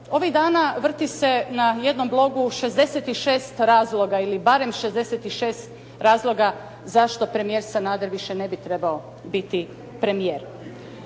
Ovih dana vrti se na jednom blogu 66 razloga, ili barem 66 razloga zašto premijer Sanader više ne bi trebao biti premijer.